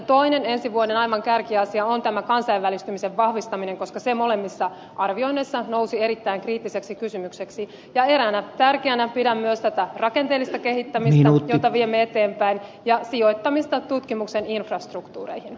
toinen ensi vuoden aivan kärkiasia on kansainvälistymisen vahvistaminen koska se molemmissa arvioinneissa nousi erittäin kriittiseksi kysymykseksi ja eräänä tärkeänä asiana pidän myös tätä rakenteellista kehittämistä jota viemme eteenpäin ja sijoittamista tutkimuksen infrastruktuuri